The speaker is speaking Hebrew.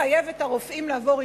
לחייב את הרופאים לעבור עדכון,